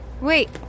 Wait